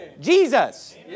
Jesus